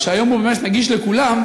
שהיום הוא באמת נגיש לכולם,